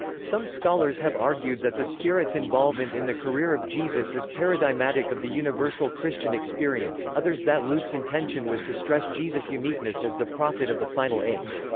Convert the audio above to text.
some scholars have argued that the spirit's involvement in the career of jesus is paradigmatic of the universal christian experience, others that luke's intention was to stress jesus' uniqueness as the prophet of the final age.